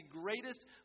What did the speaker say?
greatest